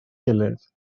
gilydd